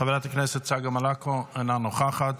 חברת הכנסת צגה מלקו, אינה נוכחת,